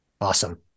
Awesome